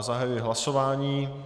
Zahajuji hlasování.